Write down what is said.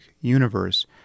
universe